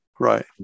Right